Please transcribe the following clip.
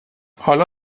حالا